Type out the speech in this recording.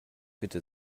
bitte